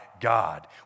God